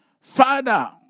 Father